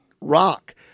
rock